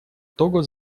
того